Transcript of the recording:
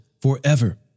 forever